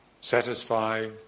satisfy